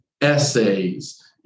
essays